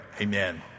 amen